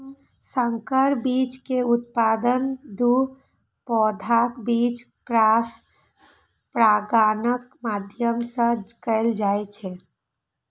संकर बीज के उत्पादन दू पौधाक बीच क्रॉस परागणक माध्यम सं कैल जाइ छै